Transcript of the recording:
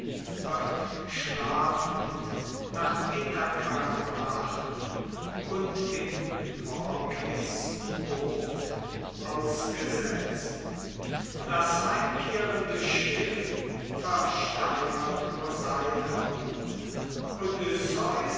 wird schlafend nach ithaka gebracht und in phorkys bucht ausgesetzt das heimkehrende schiff versteinert poseidon